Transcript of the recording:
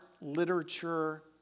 literature